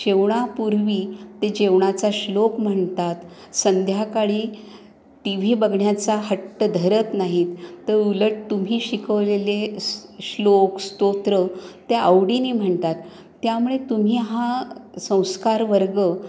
जेवणापूर्वी ते जेवणाचा श्लोक म्हणतात संध्याकाळी टी व्ही बघण्याचा हट्ट धरत नाहीत तर उलट तुम्ही शिकवलेले स श्लोक स्तोत्र त्या आवडीनी म्हणतात त्यामुळे तुम्ही हा संस्कार वर्ग